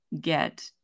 get